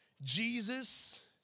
Jesus